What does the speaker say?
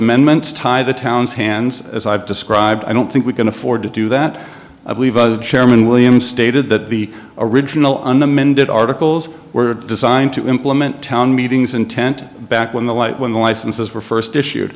amendments tie the town's hands as i've described i don't think we can afford to do that i believe chairman william stated that the original an amended articles were designed to implement town meetings intent back when the light when the licenses were first